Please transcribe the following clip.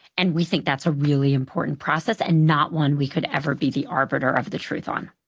and we think that's a really important process, and not one we could ever be the arbiter of the truth on.